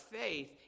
faith